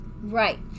Right